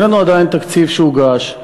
אין לנו עדיין תקציב שהוגש.